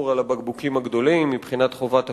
על הבקבוקים הגדולים מבחינת חובת הפיקדון,